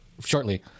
shortly